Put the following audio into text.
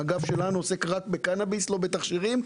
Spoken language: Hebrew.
האגף שלנו עוסק רק בקנביס; לא בתכשירים.